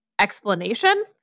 explanation